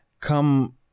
Come